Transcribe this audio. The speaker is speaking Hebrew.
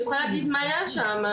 אני יכולה להגיד מה היה שם,